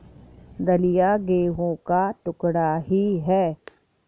दलिया गेहूं का टुकड़ा ही है